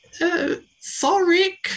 Thoric